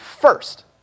first